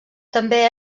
també